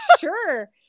sure